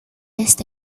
esta